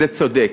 זה צודק.